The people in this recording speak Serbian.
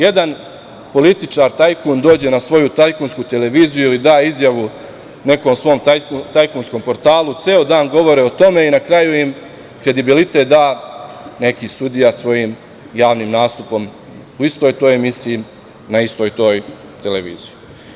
Jedan političar tajkun dođe na svoju tajkunsku televiziju i da izjavu nekom svom tajkunskom portalu, ceo dan govore o tome i na kraju im kredibilitet da neki sudija svojim javnim nastupom u istoj toj emisiji, na istoj toj televiziji.